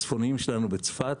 הצפוניים שלנו בצפת,